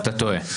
תודה.